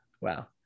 Wow